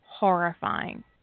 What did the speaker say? Horrifying